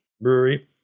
brewery